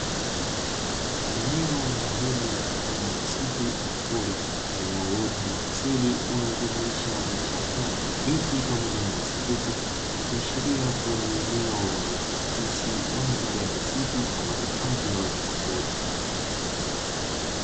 Eneo maalumu mfano wa msitu au pori, lenye uwoto wa asili linalojimuisha vichaka miti pamoja na nyasi fupi, vikishiria kuwa ni eneo lenye kuakisi mandhari ya misitu ama hifadhi ya wanyama pori.